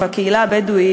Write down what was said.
הקהילה הבדואית,